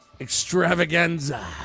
extravaganza